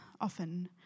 often